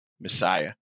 Messiah